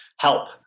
Help